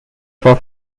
for